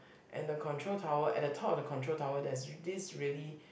and the control tower at the top of the control tower there's this really